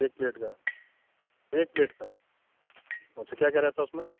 एक प्लेट का एक प्लेट का अच्छा क्या क्या रहता है उसमें